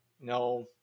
No